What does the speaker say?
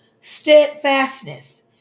steadfastness